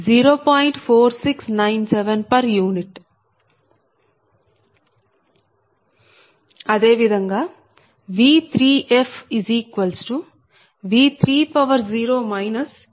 అదే విధంగా V3fV30 Z34Z44V401